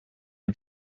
are